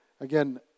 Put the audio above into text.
Again